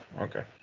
Okay